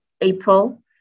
April